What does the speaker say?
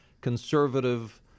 conservative